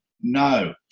no